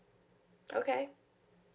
okay